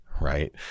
right